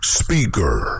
speaker